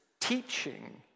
teaching